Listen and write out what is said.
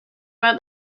about